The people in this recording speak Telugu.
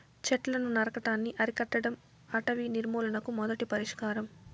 చెట్లను నరకటాన్ని అరికట్టడం అటవీ నిర్మూలనకు మొదటి పరిష్కారం